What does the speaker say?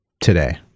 today